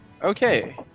Okay